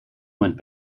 went